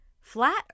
Flat